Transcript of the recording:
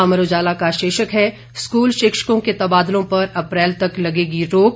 अमर उजाला का शीर्षक है स्कूल शिक्षकों के तबादलों पर अप्रैल तक लगेगी रोक